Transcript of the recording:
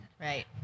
right